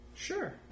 Sure